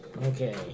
okay